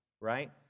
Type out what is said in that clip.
right